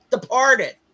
departed